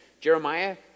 Jeremiah